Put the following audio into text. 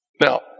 Now